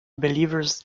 believers